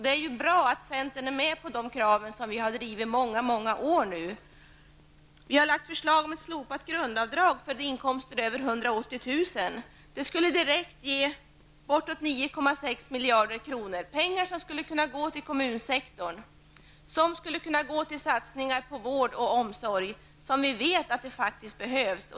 Det är bra att centern är med på dessa krav som vi har drivit under många år. Vi har även lagt fram förslag om ett slopat grundavdrag på inkomster över 180 000 kr. Det skulle ge ca 9,6 miljarder kronor. Pengar som skulle kunna gå till kommunsektorn för satsningar på vård och omsorg. Satsningar som vi vet behövs.